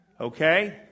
Okay